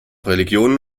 religionen